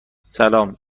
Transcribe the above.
سلام